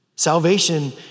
Salvation